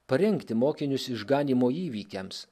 parengti mokinius išganymo įvykiams